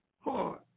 hard